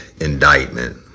indictment